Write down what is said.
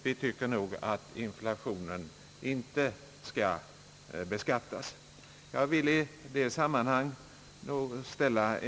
Vi tycker att inflationen inte skall beskattas.